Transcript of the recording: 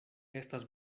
estas